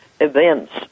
events